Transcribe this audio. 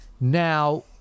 now